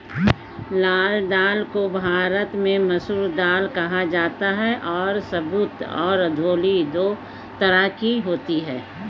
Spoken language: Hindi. लाल दाल को भारत में मसूर दाल कहा जाता है और साबूत और धुली दो तरह की होती है